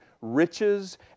riches